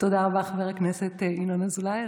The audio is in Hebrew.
תודה רבה, חבר הכנסת ינון אזולאי.